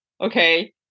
okay